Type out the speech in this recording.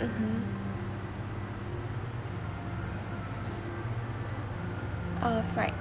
mmhmm uh fried